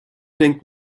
denkt